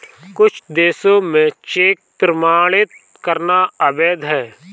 कुछ देशों में चेक प्रमाणित करना अवैध है